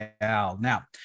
Now